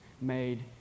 made